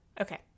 Okay